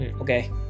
Okay